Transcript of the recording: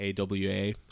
AWA